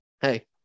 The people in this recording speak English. hey